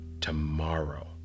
tomorrow